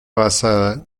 basada